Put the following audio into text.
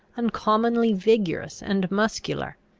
uncommonly vigorous and muscular.